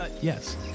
Yes